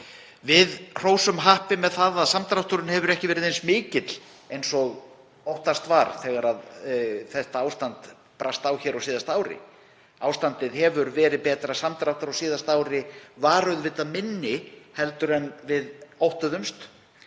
Við hrósum happi með að samdrátturinn hefur ekki verið eins mikill eins og óttast var þegar þetta ástand brast á hér á síðasta ári. Ástandið hefur verið betra, samdráttur á síðasta ári var minni en við óttuðumst